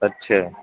اچھا